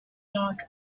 not